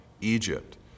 Egypt